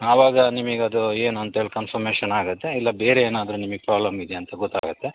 ಆವಾಗ ನಿಮಗೆ ಅದು ಏನು ಅಂತೇಳಿ ಕನ್ಫರ್ಮೇಷನ್ ಆಗುತ್ತೆ ಇಲ್ಲ ಬೇರೆ ಏನಾದರೂ ನಿಮಗ್ ಪ್ರಾಬ್ಲಮ್ ಇದೆಯಾ ಅಂತ ಗೊತ್ತಾಗುತ್ತೆ